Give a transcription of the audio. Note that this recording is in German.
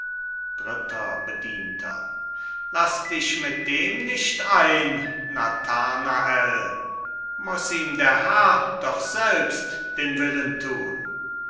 dritter bedienter laß dich mit dem nicht ein nathanael muß ihm der herr doch selbst den willen tun